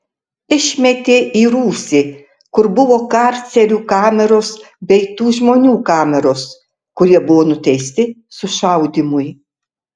išmetė į rūsį kur buvo karcerių kameros bei tų žmonių kameros kurie buvo nuteisti sušaudymui